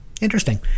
Interesting